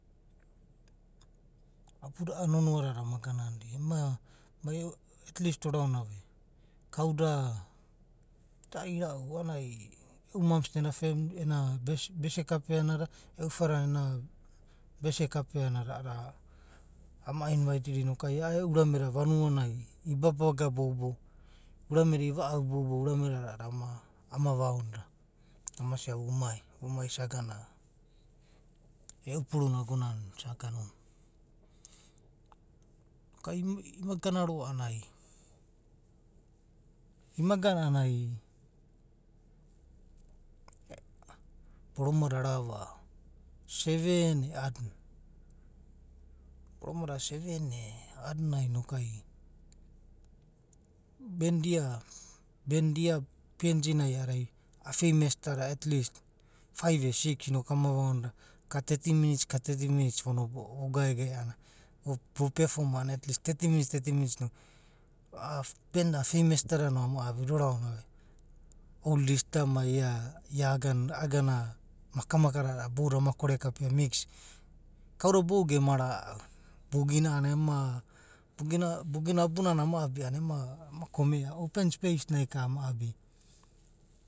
Abuda a’a nonoa da da ama gama nida. ema mai e;u at least oraona ve kauda da inau a’anana ai e’u monis na ena. bese kapeana da. e’u fada ena, bese kapeanada a’adada ama invaitini rida, mai a’a e’u uramae da uanua nai i babaga boubou urame da iva’au boubou urame dada a’adada ama vaonoda ama sia umai. vumai i’sa gana. e’u puru na agonana isa ganuna. noku ai ima gana roa a’anana, ima gana a’anana ai boroma da aomai seven e a’adiina. boroma da seven e a’aadina noku ai bend ia bemd ia PNG na a’adina a’adada a’a feimes da da at least faiv e six noku ama vaonida ka teti. ka teti minits vonobo’o, vo gae gae vo pefom a’anana at least teti minits. teti minits a’a bend da feimes dada noama abida oraonava e oldis da mai ia, iagana maka maka dada boubou dadai ama kore kapea mix. Kauda boudada gema ra’au. Boogina anana ema. si’boogina. boogina abunana ama abia a’anana ema komea. open spies nai ka abia abia.